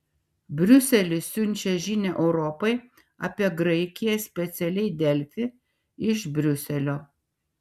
briuselis siunčia žinią europai apie graikiją specialiai delfi iš briuselio